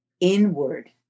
inward